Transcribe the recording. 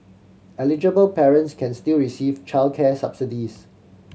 eligible parents can still receive childcare subsidies